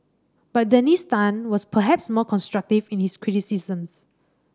but Dennis Tan was perhaps more constructive in his criticisms